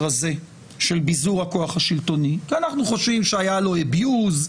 הזה של ביזור הכוח השלטוני כי אנחנו חושבים שהיה לו אביוז,